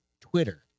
twitter